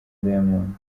diamond